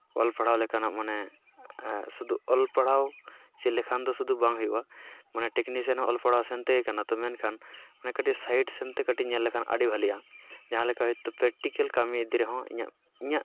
ᱚᱞ ᱯᱟᱲᱦᱟᱣ ᱞᱮᱠᱟᱱᱟᱜ ᱢᱟᱱᱮ ᱥᱩᱫᱩ ᱚᱞ ᱯᱟᱲᱦᱟᱣ ᱪᱮᱫ ᱞᱮᱠᱟᱷᱱ ᱫᱚ ᱥᱩᱫᱷᱩ ᱵᱟᱝ ᱦᱩᱭᱩᱜᱼᱟ ᱢᱟᱱᱮ ᱴᱮᱠᱱᱤᱥᱤᱭᱟᱱ ᱦᱚᱸ ᱚᱞ ᱯᱟᱲᱦᱟᱣ ᱥᱮᱱᱛᱮ ᱠᱟᱱᱟ ᱛᱚ ᱢᱮᱱᱠᱷᱟᱱ ᱚᱱᱟ ᱠᱟᱹᱴᱤᱡ ᱥᱟᱭᱤᱰ ᱥᱮᱱᱛᱮ ᱧᱮᱞ ᱞᱮᱠᱷᱟᱱ ᱟᱹᱰᱤ ᱵᱷᱟᱹᱞᱤᱭᱟ ᱡᱟᱦᱟᱸᱞᱮᱠᱟ ᱦᱳᱭᱛᱳ ᱯᱮᱠᱴᱤᱠᱮᱞ ᱠᱟᱹᱢᱤ ᱨᱮᱦᱚᱸ ᱤᱧᱟᱹᱜ ᱤᱧᱟᱹᱜ